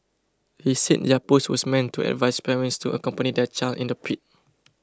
he said their post was meant to advise parents to accompany their child in the pit